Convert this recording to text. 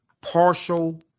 partial